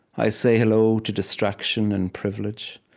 i say hello to distraction and privilege,